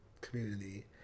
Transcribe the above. community